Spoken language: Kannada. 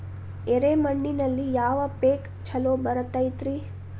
ಎರೆ ಮಣ್ಣಿನಲ್ಲಿ ಯಾವ ಪೇಕ್ ಛಲೋ ಬರತೈತ್ರಿ?